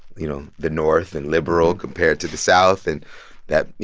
you know, the north and liberal compared to the south and that, you